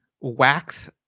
wax